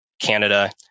Canada